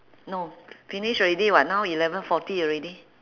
no finish already [what] now eleven forty already